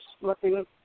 looking